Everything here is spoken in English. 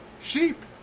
sheep